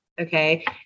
Okay